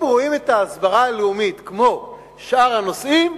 אם רואים את ההסברה הלאומית כמו שאר הנושאים,